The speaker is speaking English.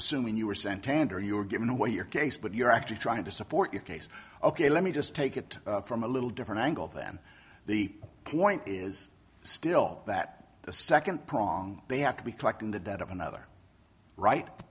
assuming you were sent tender you were given away your case but you're actually trying to support your case ok let me just take it from a little different angle than the point is still that the second prong they have to be collecting the debt of another right